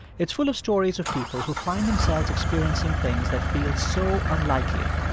it's full of stories of people who find themselves experiencing things that feel so unlikely.